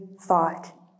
thought